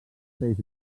peix